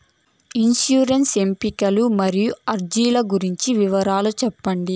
insurance ఎంపికలు మరియు అర్జీల గురించి వివరాలు సెప్పండి